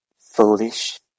Foolish